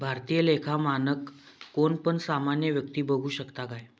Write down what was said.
भारतीय लेखा मानक कोण पण सामान्य व्यक्ती बघु शकता काय?